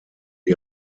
und